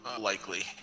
Likely